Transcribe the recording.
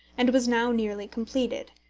and was now nearly completed,